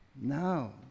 No